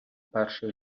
перший